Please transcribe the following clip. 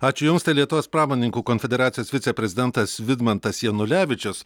ačiū jums tai lietuvos pramonininkų konfederacijos viceprezidentas vidmantas janulevičius